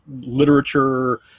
literature